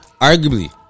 Arguably